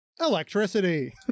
Electricity